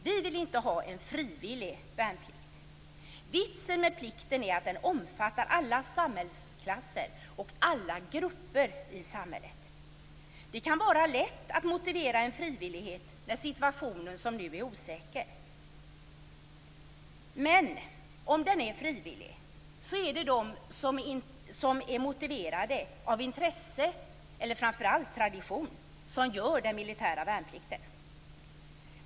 Vi vill inte ha en frivillig värnplikt. Vitsen med plikten är att den omfattar alla samhällsklasser och alla grupper i samhället. Det kan vara lätt att motivera en frivillighet när situationen, som nu, är osäker. Men om den är frivillig är det de som är motiverade av intresse eller framför allt tradition som gör den militära värnplikten.